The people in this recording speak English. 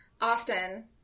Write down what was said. often